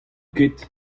ket